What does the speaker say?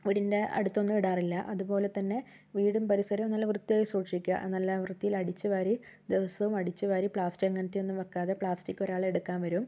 വീടിന്റെ അടുത്തൊന്നും ഇടാറില്ല അതുപോലെ തന്നെ വീടും പരിസരവും നല്ല വൃത്തിയായി സൂക്ഷിക്കുക നല്ല വൃത്തിയിൽ അടിച്ചു വാരി ദിവസവും അടിച്ചു വാരി പ്ലാസ്റ്റിക്ക് അങ്ങനത്തെ ഒന്നും വെക്കാതെ പ്ലാസ്റ്റിക്ക് ഒരാൾ എടുക്കാൻ വരും